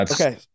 okay